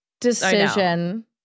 decision